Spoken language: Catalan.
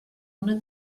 una